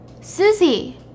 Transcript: Susie